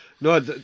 No